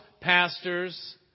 pastors